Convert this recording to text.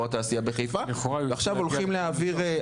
התעשייה בחיפה ועכשיו הולכים להעביר.